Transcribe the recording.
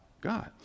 God